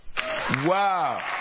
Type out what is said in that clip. Wow